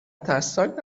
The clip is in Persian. ترسناک